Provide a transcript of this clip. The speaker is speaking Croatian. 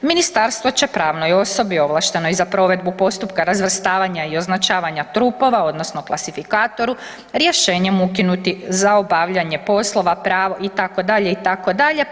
Ministarstvo će pravnoj osobi ovlaštenoj za provedbu postupka razvrstavanja i označavanja trupova, odnosno klasifikatoru rješenjem ukinuti za obavljanje poslova pravo.“ itd. itd.